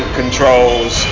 controls